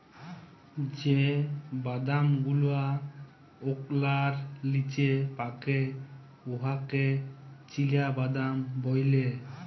যে বাদাম গুলা ওকলার লিচে পাকে উয়াকে চিলাবাদাম ব্যলে